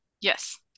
Yes